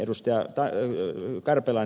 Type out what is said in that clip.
karpela että ed